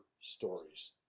stories